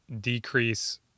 decrease